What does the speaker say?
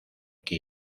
cada